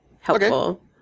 helpful